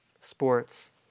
sports